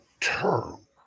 term